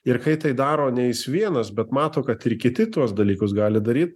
ir kai tai daro ne jis vienas bet mato kad ir kiti tuos dalykus gali daryt